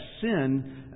sin